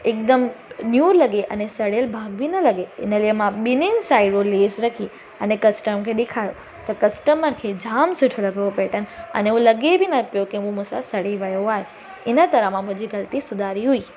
हिकदमु न्यू लॻे अने सड़ियलु भाग बि न लॻे इन लिए मां ॿिनीनि साइड हो लेस रखी अने कस्टमर खे ॾेखारी त कस्टमर खे जाम सुठो लॻो उहो पैटन अने उहो लॻे बि न पियो के उहो मूंसां सड़ी वियो आहे इन तरह मां मुंहिंजी ग़लती सुधारी हुई